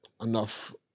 enough